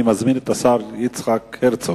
אני מזמין את השר יצחק הרצוג.